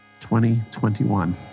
2021